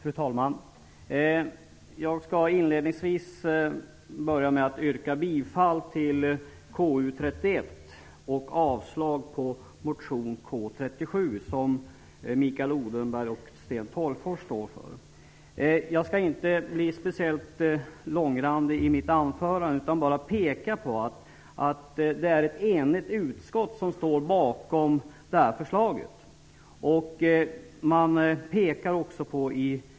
Fru talman! Jag skall inledningsvis yrka bifall till hemställan i KU:s betänkande nr 31 och avslag på motion K37, som Mikael Odenberg och Sten Tolgfors står för. Jag skall i mitt anförande inte bli speciellt långrandig. Jag skall bara peka på att det är ett enigt utskott som står bakom det här förslaget.